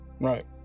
Right